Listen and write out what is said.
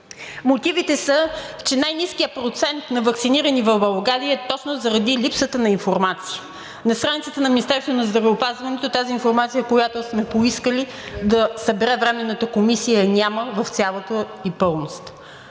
Мотивите са, че най-ниският процент на ваксинираните в България е точно заради липсата на информация. На страниците на Министерството на здравеопазването тази информация, която сме поискали да събере Временната комисия, я няма в цялата ѝ пълност.